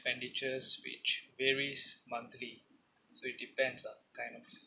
~penditures which varies monthly so it depends lah kind of